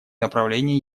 направления